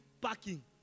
parking